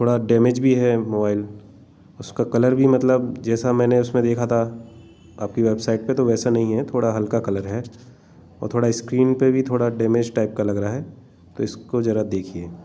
थोड़ा डैमेज भी है मोबाइल उसका कलर भी मतलब जैसा मैंने उसमें देखा था आपकी वेबसाइट पर तो वैसा नहीं है थोड़ा हल्का कलर है और थोड़ा स्क्रीन पर भी थोड़ा डैमेज टाइप का लग रहा है तो इसको जरा देखिए